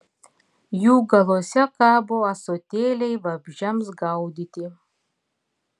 jų galuose kabo ąsotėliai vabzdžiams gaudyti